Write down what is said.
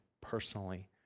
personally